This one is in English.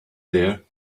there